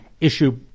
issue